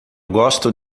gosto